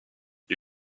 ils